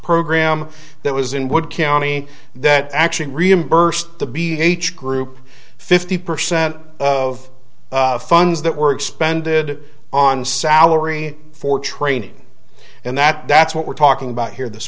program that was in what county that actually reimbursed the b h group fifty percent of funds that were expended on salary for training and that that's what we're talking about here this